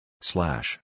slash